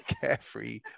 carefree